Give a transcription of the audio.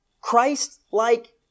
Christ-like